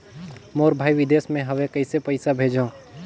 मोर भाई विदेश मे हवे कइसे पईसा भेजो?